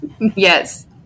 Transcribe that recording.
Yes